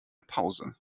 pause